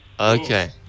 Okay